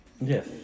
Yes